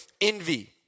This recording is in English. Envy